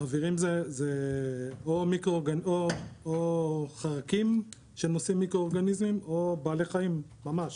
מעבירים אלה או חרקים שנושאים מיקרואורגניסמים או בעלי חיים ממש